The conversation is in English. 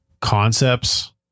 concepts